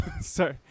Sorry